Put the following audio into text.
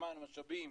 זמן ומשאבים